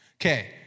Okay